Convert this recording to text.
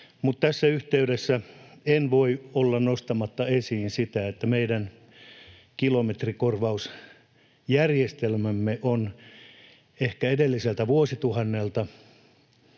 tässä yhteydessä en voi olla nostamatta esiin sitä, että meidän kilometrikorvausjärjestelmämme on ehkä edelliseltä vuosituhannelta,